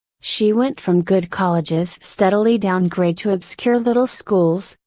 she went from good colleges steadily downgrade to obscure little schools,